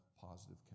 positive